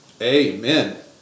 amen